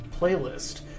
playlist